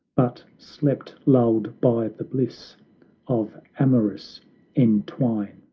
but slept, lulled by the bliss of amorous entwine.